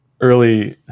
early